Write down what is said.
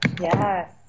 yes